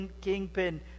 kingpin